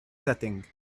setting